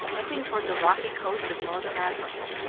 edging toward the rocky coast of northern africa.